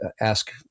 ask